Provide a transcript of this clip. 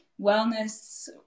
wellness